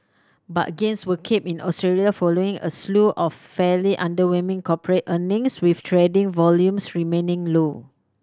but gains were capped in Australia following a slew of fairly underwhelming corporate earnings with trading volumes remaining low